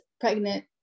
pregnant